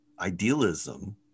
idealism